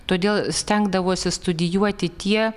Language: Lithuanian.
todėl stengdavosi studijuoti tie